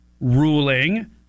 ruling